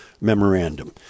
memorandum